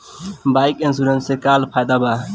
Bike insurance से का फायदा बा?